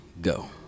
go